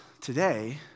today